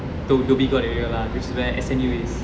dhoby ghaut area lah which is where S_M_U is